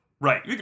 Right